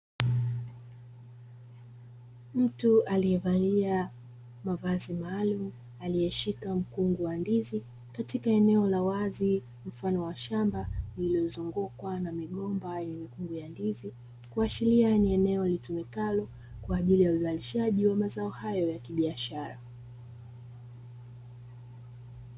Mtu aliyevalia mavazi maalumu aliyeshika mkungu wa ndizi, katika eneo la wazi mfano wa shamba, lililozungukwa na migomba yenye mikungu ya ndizi, kuashiria ni eneo litumikalo kwa ajili ya uzalishaji wa mazao hayo ya kibiashara.